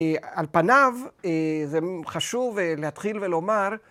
‫על פניו, אה... זה חשוב להתחיל ולומר...